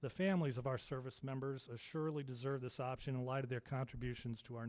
the families of our service members surely deserve this option in light of their contributions to our